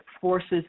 forces